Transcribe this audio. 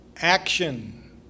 Action